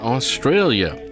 Australia